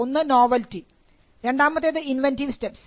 ഒന്ന് നോവൽറ്റി രണ്ടാമത്തേത് inventive steps